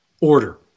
order